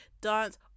dance